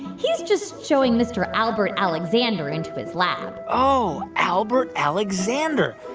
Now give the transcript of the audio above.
he's just showing mr. albert alexander into his lab oh, albert alexander.